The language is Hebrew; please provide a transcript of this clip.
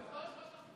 פטור לסטודנטים